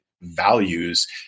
values